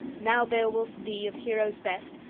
now, beowulf, thee, of heroes best,